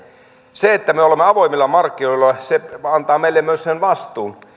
se että me olemme avoimilla markkinoilla antaa meille myös sen